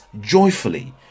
joyfully